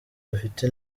bafite